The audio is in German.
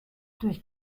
durch